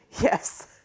Yes